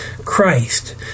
Christ